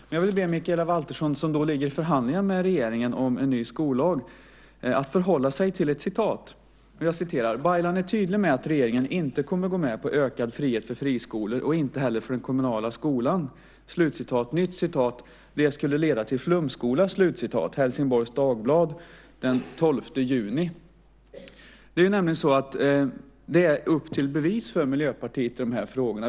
Men jag vill be Mikaela Valtersson, som förhandlar med regeringen om en ny skollag, att förhålla sig till ett citat i Helsingborgs Dagblad den 12 juni 2005: "Baylan är tydlig med att regeringen inte kommer att gå med på ökad frihet för friskolor och inte heller för den kommunala skolan." Vidare stod: "Deras förslag skulle leda till en flumskola." Det är upp till bevis för Miljöpartiet i dessa frågor.